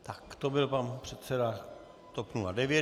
Tak to byl pan předseda TOP 09.